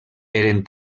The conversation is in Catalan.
eren